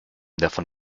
davon